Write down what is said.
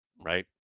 right